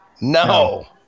No